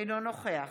אינו נוכח